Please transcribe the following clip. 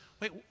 Wait